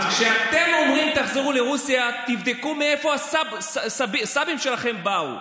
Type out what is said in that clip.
אז כשאתם אומרים "תחזרו לרוסיה" תבדקו מאיפה הסבים שלכם באו.